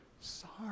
Sorry